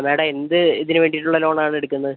madam എന്ത് ഇതിന് വേണ്ടിയിട്ടുള്ള ലോൺ ആണ് എടുക്കുന്നത്